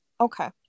Okay